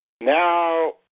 now